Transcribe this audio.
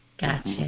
gotcha